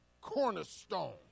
cornerstone